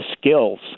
skills